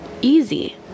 easy